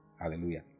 Hallelujah